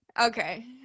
okay